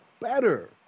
better